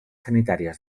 sanitàries